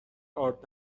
آرد